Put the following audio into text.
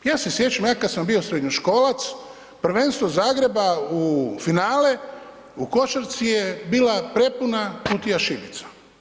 Ja se sjećam, ja kad sam bio srednjoškolac, prvenstvo Zagreba u finale u košarci je bila prepuna kutija šibica.